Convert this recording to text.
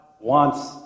wants